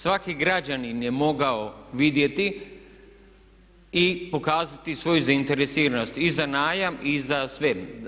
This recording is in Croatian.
Svaki građanin je mogao vidjeti i pokazati svoju zainteresiranost i za najam i za sve.